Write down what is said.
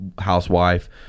housewife –